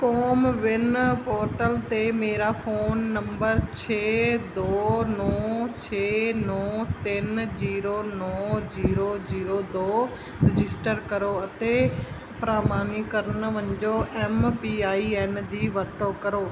CoWIN portal 'ਤੇ ਮੇਰਾ phone number ਛੇ ਦੋ ਨੌ ਛੇ ਨੌ ਤਿੰਨ ਜ਼ੀਰੋ ਨੌ ਜ਼ੀਰੋ ਜ਼ੀਰੋ ਦੋ ਰਜਿਸਟਰ ਕਰੋ ਅਤੇ ਪ੍ਰਮਾਣੀਕਰਨ ਵਜੋਂ ਐਮ ਪੀ ਆਈ ਐਨ ਦੀ ਵਰਤੋਂ ਕਰੋ